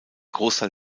großteil